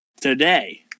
today